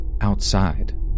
Outside